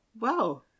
Wow